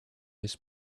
this